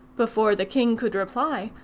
before the king could reply,